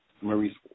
Maurice